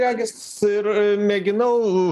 regis ir mėginau